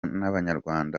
n’abanyarwanda